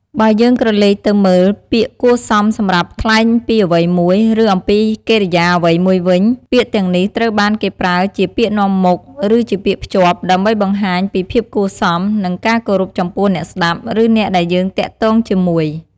បើយើងក្រឡេកទៅមើល ពាក្យគួរសមសម្រាប់ថ្លែងពីអ្វីមួយ ឬអំពីកិរិយាអ្វីមួយវិញ ពាក្យទាំងនេះត្រូវបានគេប្រើជាពាក្យនាំមុខ ឬជាពាក្យភ្ជាប់ ដើម្បីបង្ហាញពីភាពគួរសម និងការគោរពចំពោះអ្នកស្តាប់ ឬអ្នកដែលយើងទាក់ទងជាមួយ។